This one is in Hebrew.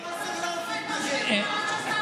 וסרלאוף התנגד.